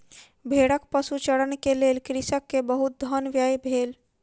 भेड़क पशुचारण के लेल कृषक के बहुत धन व्यय भेल